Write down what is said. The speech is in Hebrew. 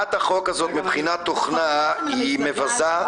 הצעת החוק הזאת מבחינת תוכנה היא מבזה,